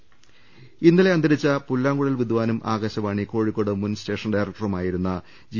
രദേഷ്ടെടു ഇന്നലെ അന്തരിച്ച പുല്ലാങ്കുഴൽ വിദാനും ആകാശവാണി കോഴിക്കോട് മുൻ സ്റ്റേഷൻ ഡയറക്ടറുമായിരുന്ന ജി